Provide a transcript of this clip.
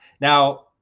Now